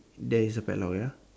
there is a padlock ya